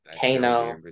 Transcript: Kano